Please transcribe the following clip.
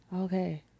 okay